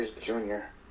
Junior